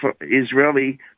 Israeli